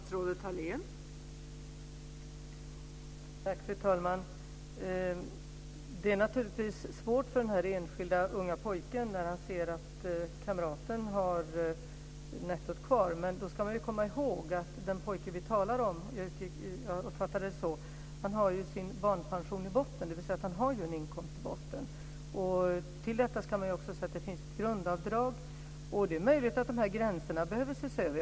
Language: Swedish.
Fru talman! Det är naturligtvis svårt för den här enskilda unga pojken när han ser att kamraten har nettot kvar. Men då ska vi komma ihåg att den pojke som vi talar om ju har sin barnpension i botten, dvs. att han har en inkomst i botten - jag uppfattade det så. Till detta ska man ju också lägga att det finns ett grundavdrag. Det är möjligt att de här gränserna behöver ses över.